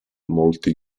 molti